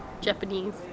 Japanese